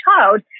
child